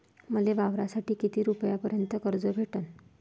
मले वावरासाठी किती रुपयापर्यंत कर्ज भेटन?